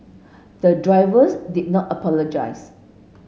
the drivers did not apologise